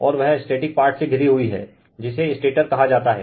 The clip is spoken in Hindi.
और वह स्टेटिक पार्ट से घिरी हुई है जिसे स्टेटर कहा जाता है